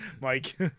Mike